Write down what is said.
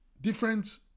different